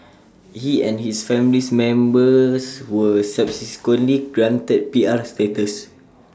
he and his family's members were subsequently granted P R status